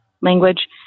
language